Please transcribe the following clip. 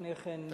לפני כן,